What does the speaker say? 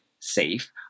safe